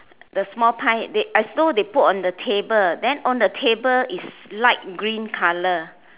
the small pie the as though they put on the table and the table is light green colour